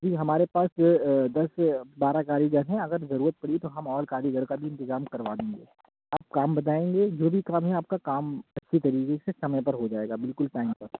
جی ہمارے پاس دس بارہ کاریگر ہیں اگر ضرورت پڑی تو ہم اور کاریگر کا انتظام کروا دیں گے آپ کام بتائیں گے جو بھی کام ہے آپ کا کام اچھی طریقے سے سمئے پر ہو جائے گا بالکل ٹائم پر